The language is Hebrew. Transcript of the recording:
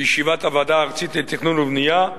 בישיבת ועדת הוועדה הארצית לתכנון ובנייה,